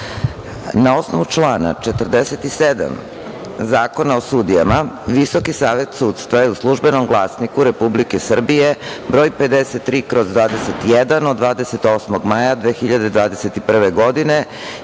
osnovu člana 47. Zakona o sudijama, Visoki savet sudstva je u „Službenom glasniku Republike Srbije“ br. 53/21 od 28. maja 2021. godine